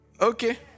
Okay